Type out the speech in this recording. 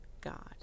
God